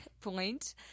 point